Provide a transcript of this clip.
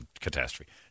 catastrophe